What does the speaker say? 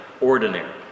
ordinary